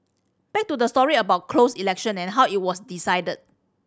back to the story about closed election and how it was decided